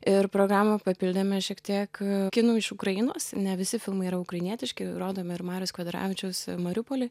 ir programą papildėme šiek tiek kinu iš ukrainos ne visi filmai yra ukrainietiški rodome ir mariaus kvedaravičiaus mariupolį